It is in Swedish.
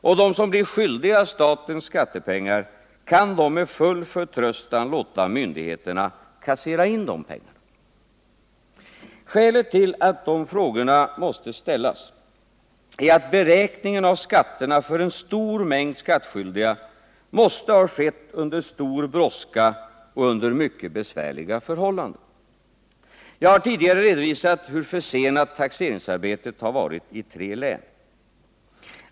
Och de som blir skyldiga staten skattepengar, kan de med full förtröstan låta myndigheterna kassera in de pengarna? Skälet till att de frågorna måste ställas är att beräkningen av skatterna för en stor mängd skattskyldiga måste ha skett under stor brådska och under mycket besvärliga förhållanden. Jag har tidigare redovisat hur försenat taxeringsarbetet har varit i tre län.